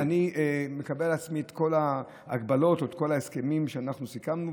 לכן אני מקבל על עצמי את כל ההגבלות או את כל ההסכמים שאנחנו סיכמנו,